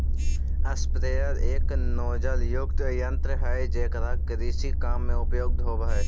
sprayer एक नोजलयुक्त यन्त्र हई जेकरा कृषि काम में उपयोग होवऽ हई